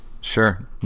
sure